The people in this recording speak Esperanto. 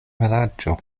vilaĝo